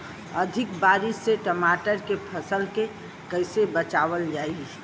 अधिक बारिश से टमाटर के फसल के कइसे बचावल जाई?